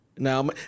Now